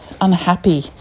unhappy